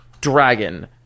dragon